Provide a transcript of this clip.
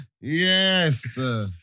Yes